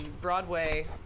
Broadway